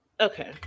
Okay